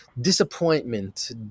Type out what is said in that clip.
disappointment